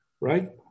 right